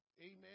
amen